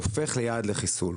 הופך ליעד לחיסול.